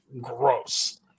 gross